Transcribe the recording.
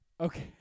Okay